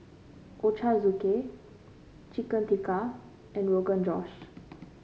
Ochazuke Chicken Tikka and Rogan Josh